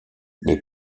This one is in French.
les